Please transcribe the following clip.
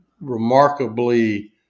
remarkably